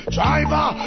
Driver